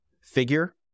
figure